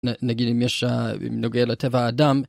נגיד אם נוגע לטבע האדם.